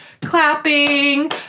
clapping